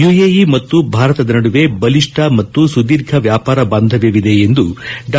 UAE ಮತ್ತು ಭಾರತದ ನಡುವೆ ಬಲಿಷ್ಠ ಮತ್ತು ಸುದೀರ್ಘ ವ್ಯಾಪಾರ ಬಾಂಧವ್ಯವಿದೆ ಎಂದು ಡಾ